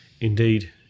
indeed